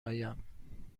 آیم